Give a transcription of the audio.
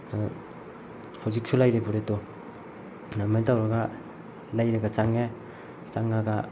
ꯑꯗ ꯍꯧꯖꯤꯛꯁꯨ ꯂꯩꯔꯤ ꯐꯨꯔꯤꯠꯇꯨ ꯑꯗꯨꯃꯥꯏꯅ ꯇꯧꯔꯒ ꯂꯩꯔꯒ ꯆꯪꯉꯦ ꯆꯪꯉꯒ